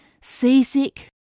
seasick